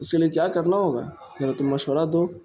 اس کے لیے کیا کرنا ہوگا ذرا تم مشورہ دو